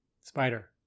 Spider